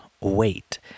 wait